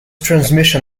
transmission